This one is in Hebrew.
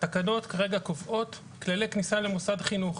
התקנות כרגע קובעות כללי כניסה למוסד חינוך.